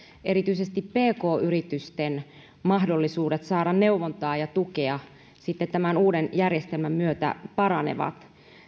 erityisesti pk yritysten mahdollisuudet saada neuvontaa ja tukea tämän uuden järjestelmän myötä paranevat